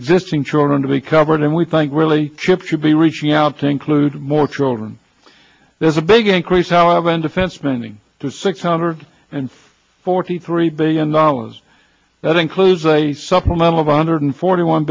existing children to be covered and we think really chips should be reaching out to include more children there's a big increase however and defense spending to six hundred and forty three billion dollars that includes a supplemental of honored forty one